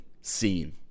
scene